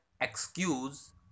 excuse